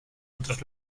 otras